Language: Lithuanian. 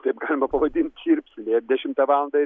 taip galima pavadint dirbsime dešimtą valandą